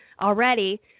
already